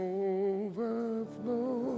overflow